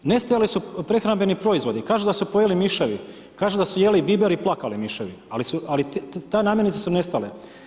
Nestajali su prehrambeni proizvodi, kažu da su pojeli miševi, kažu da su jeli biber i plakali miševi, ali te namirnice su nestale.